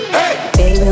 Baby